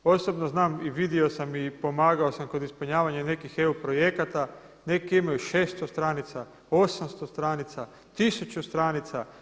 Osobno znam i vidio sam i pomagao sam kod ispunjavanja nekih EU projekata, neki imaju 600 stranica, 800 stranica, 1000 stranica.